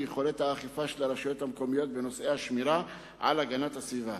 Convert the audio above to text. ביכולת האכיפה של הרשויות המקומיות בנושא השמירה על הגנת הסביבה.